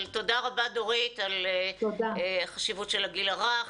אבל תודה רבה, דורית, על החשיבות של הגיל הרך.